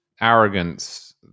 arrogance